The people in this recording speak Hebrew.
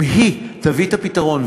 אם היא תביא את הפתרון,